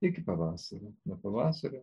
iki pavasario nuo pavasario